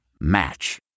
Match